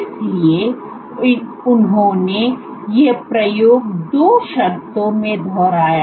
इसलिए उन्होंने ये प्रयोग 2 शर्तों में दोहराया